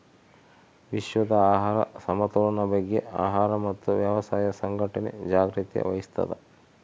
ವಿಶ್ವದ ಆಹಾರ ಸಮತೋಲನ ಬಗ್ಗೆ ಆಹಾರ ಮತ್ತು ವ್ಯವಸಾಯ ಸಂಘಟನೆ ಜಾಗ್ರತೆ ವಹಿಸ್ತಾದ